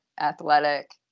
athletic